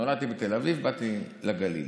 נולדתי בתל אביב, באתי לגליל,